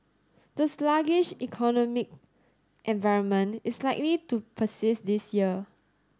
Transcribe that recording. the sluggish economic environment is likely to persist this year